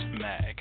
Mag